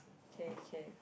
okay okay